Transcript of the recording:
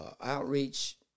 outreach